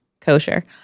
kosher